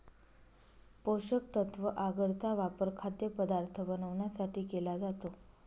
पोषकतत्व आगर चा वापर खाद्यपदार्थ बनवण्यासाठी केला जातो